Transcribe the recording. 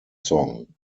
song